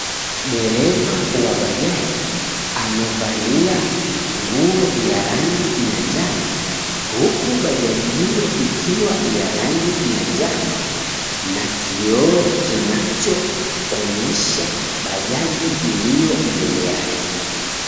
Dereva wa bajaji, amevalia nguo ya rangi ya njano. Huku bajaji hiyo ikiwa ya rangi ya njano na kioo kinachoonyesha bajaji iliyo mbele yake.